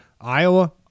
Iowa